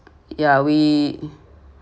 yeah we